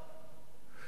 גם בקיצוץ הראשון,